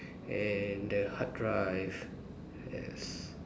and the hard drive yes